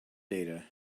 data